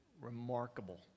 remarkable